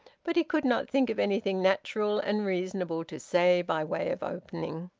but he could not think of anything natural and reasonable to say by way of opening.